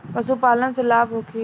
पशु पालन से लाभ होखे?